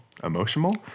emotional